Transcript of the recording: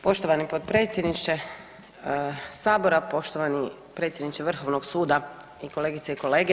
Poštovani potpredsjedniče Sabora, poštovani predsjedniče Vrhovnog suda i kolegice i kolege.